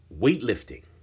weightlifting